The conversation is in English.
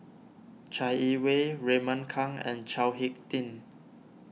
Chai Yee Wei Raymond Kang and Chao Hick Tin